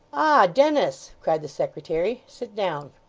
dennis cried the secretary. sit down